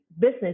business